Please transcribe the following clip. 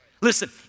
Listen